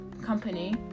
company